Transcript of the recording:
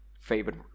favorite